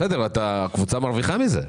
בסדר, הקבוצה מרוויחה מזה.